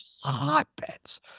hotbeds